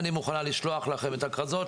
אני מוכנה לשלוח לכם את הכרזות.